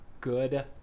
good